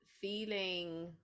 feeling